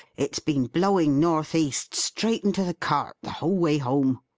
it's been blowing north-east, straight into the cart, the whole way home.